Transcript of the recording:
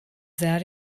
that